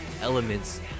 elements